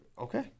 Okay